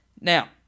Now